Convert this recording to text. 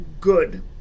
good